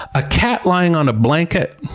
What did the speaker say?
a cat lying on a blanket?